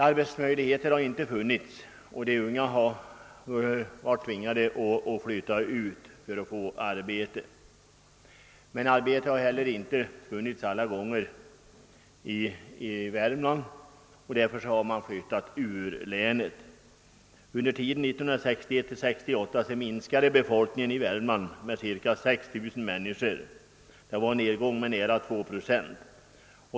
Arbetsmöjligheter har inte funnits, och de unga har varit tvingade att flytta ut för att få arbete. Men arbete har inte heller alla gånger funnits i Värmland, och därför har man flyttat ur länet. Under tiden 1961—1968 minskade Värmlands befolkning med ca 6 000 människor. Det var en nedgång med nära 2 procent.